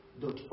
dot